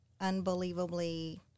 unbelievably